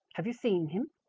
have you seen him,